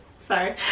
Sorry